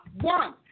one